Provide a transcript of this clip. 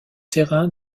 terrain